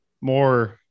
more